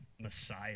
Messiah